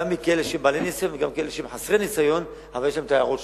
גם מכאלה שהם בעלי ניסיון וגם מכאלה שהם חסרי ניסיון אבל יש להם הערות.